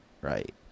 Right